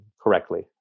correctly